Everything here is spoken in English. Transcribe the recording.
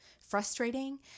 frustrating